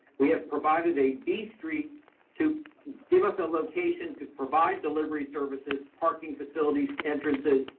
we have provided a b street to give us a location to provide delivery services, parking facilities, entrances,